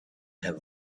have